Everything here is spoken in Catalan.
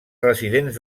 residents